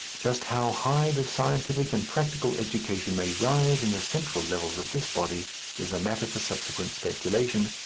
just how high the scientific and practical education may rise in the central levels of this body is a matter for subsequent speculation,